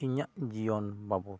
ᱤᱧᱟᱹᱜ ᱡᱤᱭᱚᱱ ᱵᱟᱵᱚᱛ ᱛᱮ